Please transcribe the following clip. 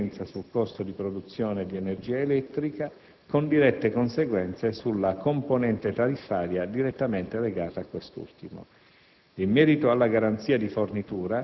traducendosi in maggiore efficienza sul costo di produzione di energia elettrica con dirette conseguenze sulla componente tariffaria direttamente legata a quest'ultimo.